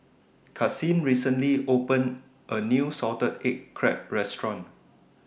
Karsyn recently opened A New Salted Egg Crab Restaurant